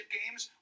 games